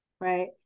right